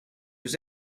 was